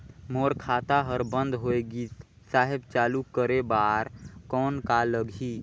मोर खाता हर बंद होय गिस साहेब चालू करे बार कौन का लगही?